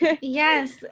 yes